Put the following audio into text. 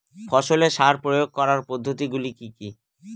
ফসলে সার প্রয়োগ করার পদ্ধতি গুলি কি কী?